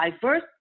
diverse